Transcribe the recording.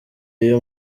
iyo